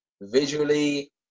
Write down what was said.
visually